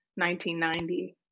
1990